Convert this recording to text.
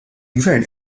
gvern